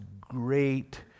great